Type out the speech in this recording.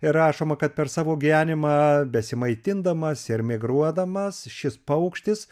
ir rašoma kad per savo gyvenimą besimaitindamas ir migruodamas šis paukštis